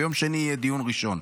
ביום שני יהיה דיון ראשון.